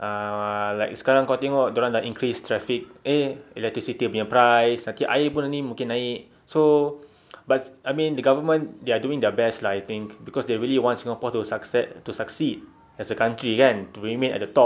err like sekarang kau tengok dorang dah increase traffic eh electricity nya price nanti air pun nanti mungkin naik so but I mean the government they are doing their best lah I think cause they really want singapore to success to succeed as a country kan to remain at the top